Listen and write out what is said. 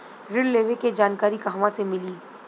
ऋण लेवे के जानकारी कहवा से मिली?